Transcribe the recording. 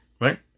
right